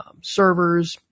Servers